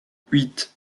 huit